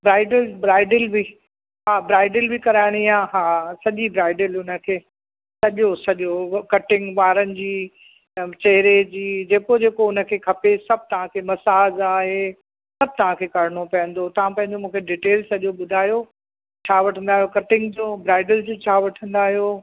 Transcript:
bridle bridal बि हा bridal बि कराइणी आहे हा सॼी ब्राइडिल उनखे सॼो सॼो उहो कटिंग वारन जी त चेहरे जी जेको जेको उनखे खपे सभु तव्हांखे मसाज आहे सभु तव्हांखे करिणो पवंदो तव्हां पंहिंजो मूंखे डिटेल सॼो ॿुधायो छा वठंदा आहियो कटिंग जो ब्राइडिल जो छा वठंदा आहियो